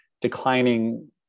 declining